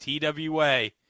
TWA